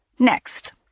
Next